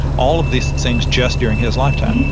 all of these things, just during his lifetime,